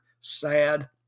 Sad